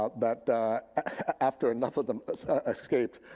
ah but after enough of them escaped,